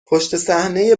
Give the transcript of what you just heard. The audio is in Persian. پشتصحنهی